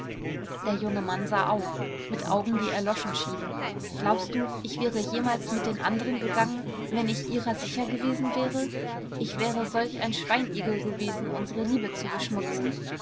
der junge mann sah auf mit augen die erloschen schienen glaubst du ich wäre jemals mit den anderen gegangen wenn ich ihrer sicher gewesen wäre ich wäre solch ein schweinigel gewesen unsere liebe zu beschmutzen